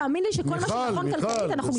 וכל מה שנכון כלכלית תאמין לי שאנחנו משתכנעים גם.